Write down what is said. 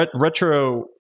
Retro